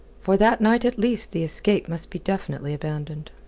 for that night at least the escape must be definitely abandoned.